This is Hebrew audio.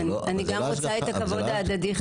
אני רוצה את הכבוד ההדדי חזרה.